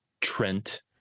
Trent